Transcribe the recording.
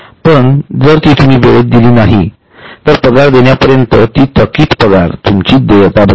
पण जर ती तुम्ही वेळेत दिली नाही तर पगार देईपर्यंत ती थकीत पगार तुमची देयता बनते